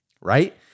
right